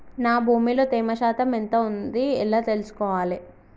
నా భూమి లో తేమ శాతం ఎంత ఉంది ఎలా తెలుసుకోవాలే?